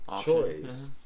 choice